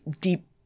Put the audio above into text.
deep